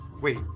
Wait